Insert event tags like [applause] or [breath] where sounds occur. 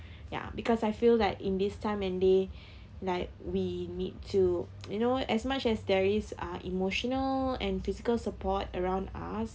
ya because I feel like in this time and day [breath] like we need to [noise] you know as much as there is uh emotional and physical support around us